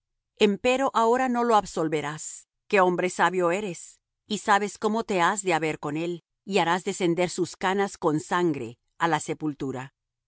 cuchillo empero ahora no lo absolverás que hombre sabio eres y sabes cómo te has de haber con él y harás descender sus canas con sangre á la sepultura